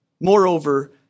Moreover